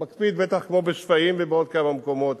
הוא מקפיד, בטח, כמו בשפיים ובעוד כמה מקומות.